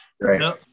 Right